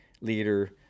leader